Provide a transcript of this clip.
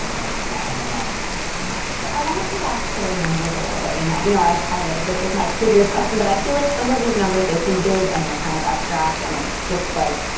um and i don't know. margot sanger-katz so i want to come back to the numbers a little bit. and that you know, i've highlighted this with my previous question. but i feel like some of these numbers, they seem big and they're kind of abstract. and it's just like,